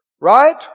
Right